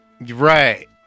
Right